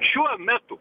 šiuo metu